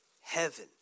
heaven